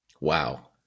Wow